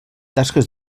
tasques